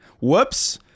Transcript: Whoops